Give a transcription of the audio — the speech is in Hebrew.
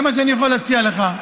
זה מה שאני יכול להציע לך.